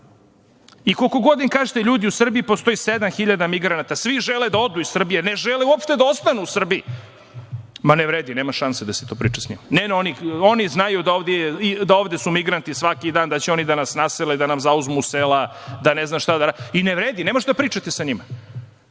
i koliko god da im kažete – ljudi, u Srbiji postoji 7.000 migranata, svi žele da odu iz Srbije, uopšte ne žele da ostanu u Srbiji, ne vredi, nema šanse da se priča sa njima. Oni znaju da su ovde migranti svaki dan, da će oni da nas nasele, da zauzmu sela, ne znam šta da rade i ne vredi. Ne možete da pričate sa njima. To